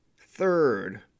third